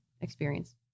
experience